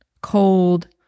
cold